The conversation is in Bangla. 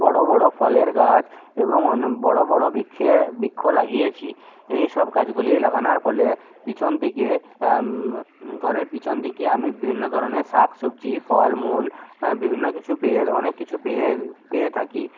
বড়ো বড়ো ফলের গাছ এবং অনেক বড়ো বড়ো বৃক্ষ বৃক্ষ লাগিয়েছি এইসব গাছগুলি লাগানোর ফলে পিছন দিকে ঘরের পিছন দিকে আমি বিভিন্ন ধরনের শাক সবজি ফলমূল বিভিন্ন কিছু পেয়ে অনেক কিছু পেয়ে পেয়ে থাকি